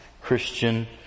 Christian